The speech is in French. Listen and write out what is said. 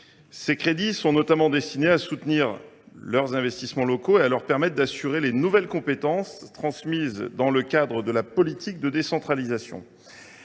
Ces crédits sont notamment destinés à soutenir leurs investissements et à leur permettre d’assurer les nouvelles compétences transmises dans le cadre de la politique de décentralisation.